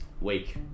wake